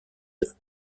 eux